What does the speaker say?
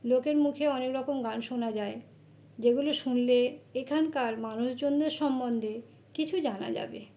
লোকের মুখে অনেক রকম গান শোনা যায় যেগুলি শুনলে এখানকার মানুষজনদের সম্বন্ধে কিছু জানা যাবে